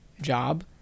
job